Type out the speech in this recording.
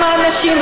למען נשים,